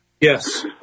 Yes